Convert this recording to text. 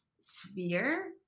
sphere